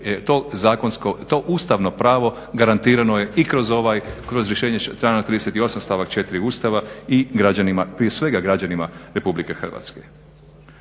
To ustavno pravo garantirano je i kroz rješenje člana 38. stavak 4. Ustava i građanima, prije svega građanima RH.